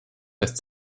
lässt